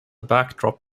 backdrop